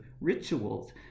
rituals